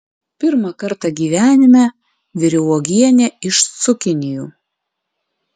pirmą kartą gyvenime viriau uogienę iš cukinijų